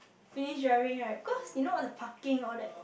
finish driving right because you know all the parking all that